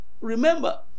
Remember